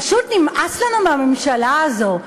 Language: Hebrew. פשוט נמאס לנו מהממשלה הזו.